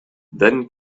then